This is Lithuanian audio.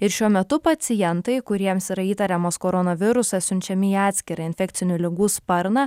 ir šiuo metu pacientai kuriems yra įtariamas koronavirusas siunčiami į atskirą infekcinių ligų sparną